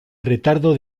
retardo